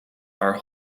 are